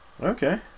Okay